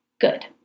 good